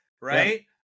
right